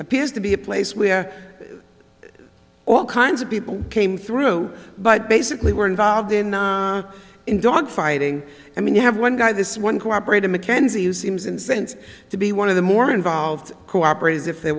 appears to be a place where all kinds of people came through but basically were involved in in dog fighting i mean you have one guy this one cooperative mckenzie who seems in the sense to be one of the more involved cooperate as if the